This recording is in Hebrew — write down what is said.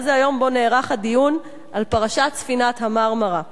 היה זה יום שבו נערך הדיון על פרשת ספינת ה"מרמרה".